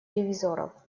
ревизоров